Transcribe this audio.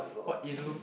what ilu~